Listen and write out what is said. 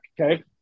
okay